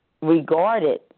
regarded